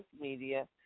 media